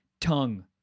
tongue